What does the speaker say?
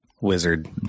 wizard